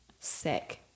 sick